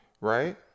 right